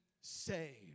saved